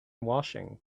washing